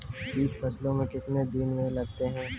कीट फसलों मे कितने दिनों मे लगते हैं?